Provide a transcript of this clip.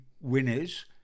winners